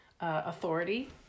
authority